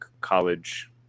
college